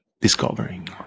discovering